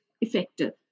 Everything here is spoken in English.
effective